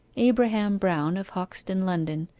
abraham brown, of hoxton, london,